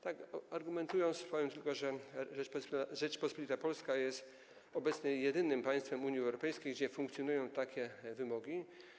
Tak argumentując, powiem tylko, że Rzeczpospolita Polska jest obecnie jedynym państwem Unii Europejskiej, gdzie funkcjonują takie wymogi.